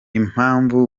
impamvu